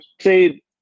Say